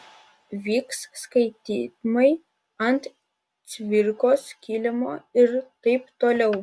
vyks skaitymai ant cvirkos kilimo ir taip toliau